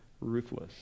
ruthless